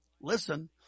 Listen